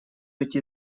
эти